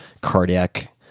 cardiac